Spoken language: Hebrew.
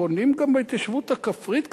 בונים גם בהתיישבות הכפרית קצת,